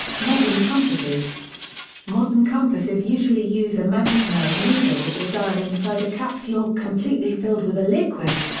modern compasses modern compasses usually use a magnetized needle or dial inside a capsule completely filled with a liquid.